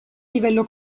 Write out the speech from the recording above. livello